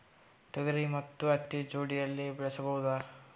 ತೊಗರಿ ಮತ್ತು ಹತ್ತಿ ಜೋಡಿಲೇ ಬೆಳೆಯಬಹುದಾ?